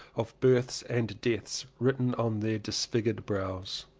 of births and deaths written on their disfigured brows.